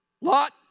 Lot